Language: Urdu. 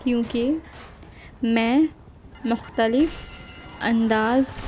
کیونکہ میں مختلف انداز